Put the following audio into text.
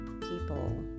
people